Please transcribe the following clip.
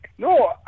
No